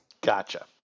Gotcha